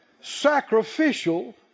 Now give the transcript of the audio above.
sacrificial